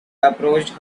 approached